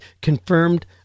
confirmed